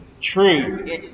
true